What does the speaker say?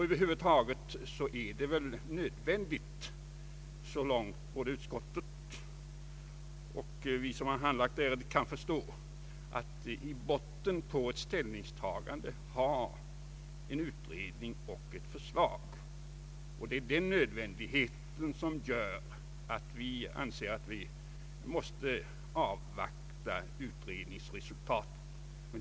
Över huvud taget är det väl nödvändigt, att i botten för ett ställningstagande ha en utredning och ett förslag. Det är den nödvändigheten som gör att utskottet anser att det måste avvakta utredningsresultatet.